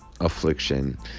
affliction